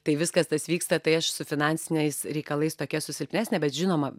tai viskas tas vyksta tai aš su finansiniais reikalais tokia esu silpnesnė bet žinoma